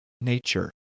nature